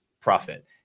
profit